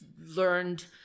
learned